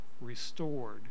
restored